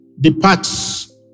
departs